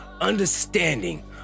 understanding